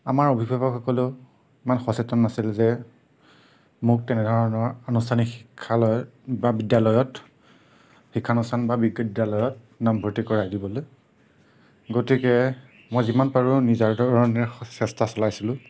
আমাৰ অভিভাৱকসকলেও ইমান সচেতন নাছিলে যে মোক তেনেধৰণৰ আনুষ্ঠানিক শিক্ষালয় বা বিদ্যালয়ত শিক্ষানুষ্ঠান বা বিদ্যালয়ত নামভৰ্তি কৰাই দিবলৈ গতিকে মই যিমান পাৰোঁ নিজা ধৰণেৰে চেষ্টা চলাইছিলোঁ